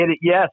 Yes